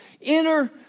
inner